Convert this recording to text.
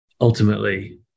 Ultimately